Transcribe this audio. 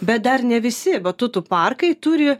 bet dar ne visi batutų parkai turi